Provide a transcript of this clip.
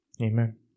Amen